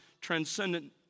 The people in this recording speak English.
transcendent